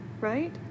right